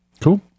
Cool